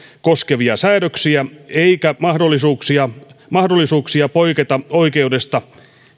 koskevia säädöksiä eikä mahdollisuuksia mahdollisuuksia poiketa oikeudesta